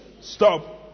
Stop